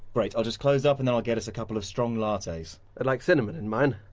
great, i'll just close up and then i'll get us a couple of strong lattes. i'd like cinnamon in mine.